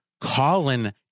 Colin